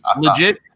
Legit